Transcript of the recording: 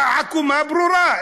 העקומה ברורה,